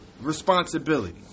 responsibility